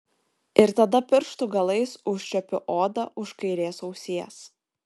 ir tada pirštų galais užčiuopiu odą už kairės ausies